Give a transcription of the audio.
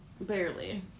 Barely